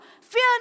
Fear